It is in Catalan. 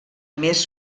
més